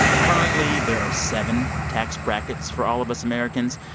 currently, there are seven tax brackets for all of us americans.